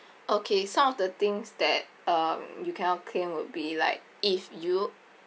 okay some of the things that um you cannot claim would be like if you